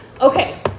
Okay